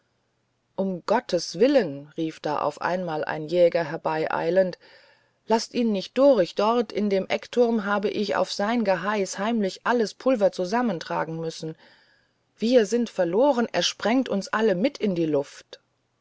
um gottes willen rief da auf einmal ein jäger herbeieilend laßt ihn nicht durch dort in dem eckturm habe ich auf sein geheiß heimlich alles pulver zusammentragen müssen wir sind verloren er sprengt uns alle mit sich in die luft